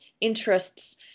interests